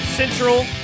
Central